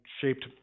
shaped